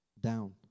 Down